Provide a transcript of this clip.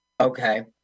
Okay